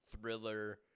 thriller